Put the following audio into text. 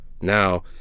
now